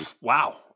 Wow